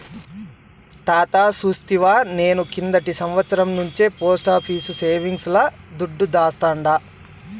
తాతా సూస్తివా, నేను కిందటి సంవత్సరం నుంచే పోస్టాఫీసు సేవింగ్స్ ల దుడ్డు దాస్తాండా